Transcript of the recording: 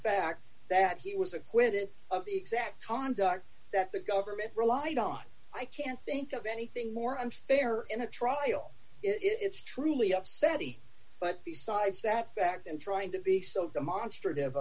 fact that he was acquitted of the exact conduct that the government relied on i can't think of anything more unfair in a trial it's truly upset but besides that fact and trying to be still demonstrative